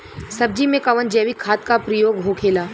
सब्जी में कवन जैविक खाद का प्रयोग होखेला?